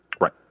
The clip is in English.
right